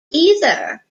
either